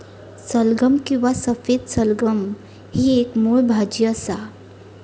सलगम किंवा सफेद सलगम ही एक मुळ भाजी असा